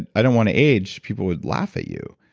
i don't want to age. people would laugh at you.